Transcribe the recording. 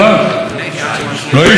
לא איש שמתחבב על הבריות,